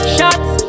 Shots